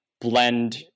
blend